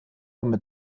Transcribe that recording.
mit